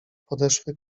podeszwy